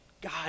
God